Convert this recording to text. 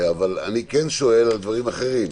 אני כן שואל על דברים אחרים.